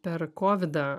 per kovidą